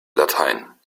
latein